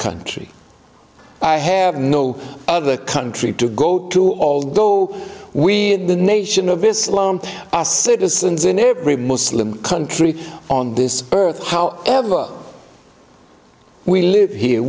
country i have no other country to go to although we are the nation of islam are citizens in every muslim country on this earth how ever we live here